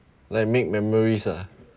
like make memories ah